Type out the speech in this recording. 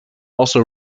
also